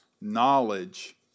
Knowledge